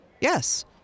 Yes